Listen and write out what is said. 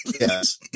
Yes